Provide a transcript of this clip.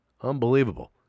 Unbelievable